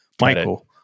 Michael